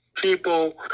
people